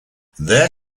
their